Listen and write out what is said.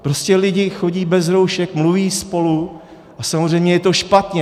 Prostě lidi chodí bez roušek, mluví spolu, a samozřejmě je to špatně.